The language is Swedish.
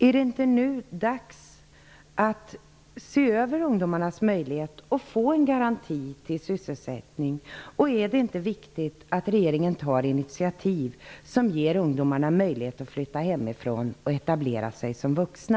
Är det inte dags att se över ungdomarnas möjlighet att få en garanti för sysselsättning? Är det inte viktigt att regeringen tar initiativ som ger ungdomarna möjlighet att flytta hemifrån och etablera sig som vuxna?